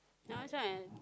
nice right